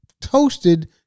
toasted